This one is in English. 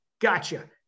Gotcha